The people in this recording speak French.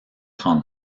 trente